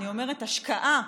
אני אומרת השקעה,